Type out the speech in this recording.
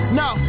no